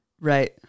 Right